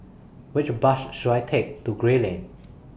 Which Bus should I Take to Gray Lane